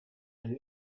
and